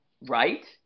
right